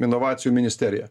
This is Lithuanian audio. inovacijų ministerija